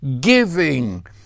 giving